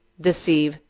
deceive